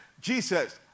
Jesus